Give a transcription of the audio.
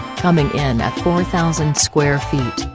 coming in at four thousand square feet,